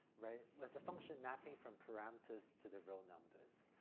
right. there's a function mapping from parameters to the real numbers.